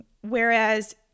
Whereas